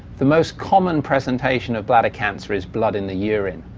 the most common presentation of bladder cancer is blood in the urine.